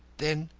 then,